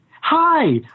hi